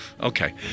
Okay